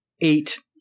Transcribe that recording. eight